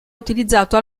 utilizzato